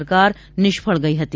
સરકાર નિષ્ફળ ગઇ હતી